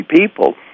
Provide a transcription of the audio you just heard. people